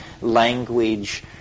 language